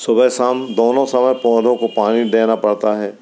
सुबह शाम दोनों समय पौधों को पानी देना पड़ता है